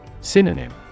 Synonym